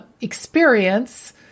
experience